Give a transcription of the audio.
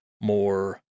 more